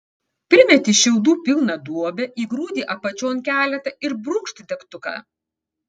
primeti šiaudų pilną duobę įgrūdi apačion keletą ir brūkšt degtuką